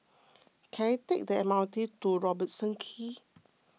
can I take the M R T to Robertson Quay